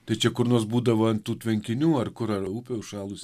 tai čia kur nors būdavo an tų tvenkinių ar kur ar upė užšalus